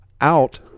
out